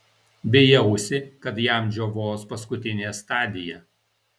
bijausi kad jam džiovos paskutinė stadija